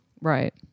right